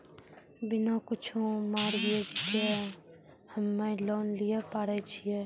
बिना कुछो मॉर्गेज के हम्मय लोन लिये पारे छियै?